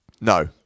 No